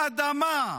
מאדמה.